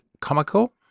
comical